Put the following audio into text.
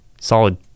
solid